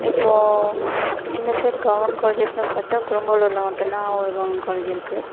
இப்போது இந்த side government காலேஜஸ்ன்னு பார்த்தா குரும்பலூர்ல மட்டுந்தான் ஒரு கவர்மெண்ட் காலேஜ் இருக்குது